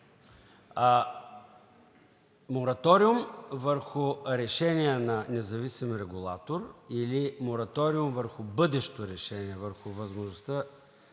Мораториум върху решение на независим регулатор или мораториум върху бъдещо решение, върху възможността